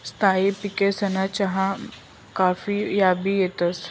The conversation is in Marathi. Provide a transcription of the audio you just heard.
स्थायी पिकेसमा चहा काफी याबी येतंस